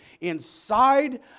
inside